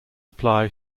apply